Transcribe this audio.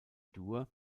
dur